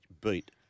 beat